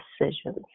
decisions